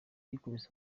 ikubise